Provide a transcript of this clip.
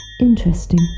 Interesting